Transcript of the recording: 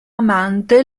amante